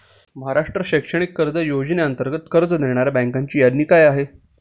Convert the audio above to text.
महाराष्ट्र शैक्षणिक कर्ज योजनेअंतर्गत कर्ज देणाऱ्या बँकांची यादी काय आहे?